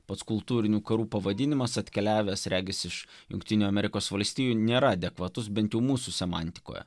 pats kultūrinių karų pavadinimas atkeliavęs regis iš jungtinių amerikos valstijų nėra adekvatus bent jau mūsų semantikoje